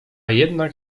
jednak